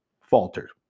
Faltered